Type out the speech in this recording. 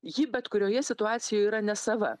ji bet kurioje situacijoj yra nesava